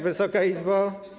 Wysoka Izbo!